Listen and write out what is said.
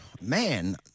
man